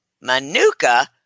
Manuka